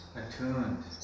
attuned